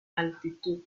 altitud